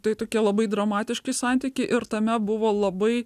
tai tokie labai dramatiški santykiai ir tame buvo labai